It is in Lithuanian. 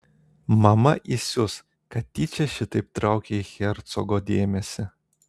mama įsius kad tyčia šitaip traukei hercogo dėmesį